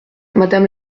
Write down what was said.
madame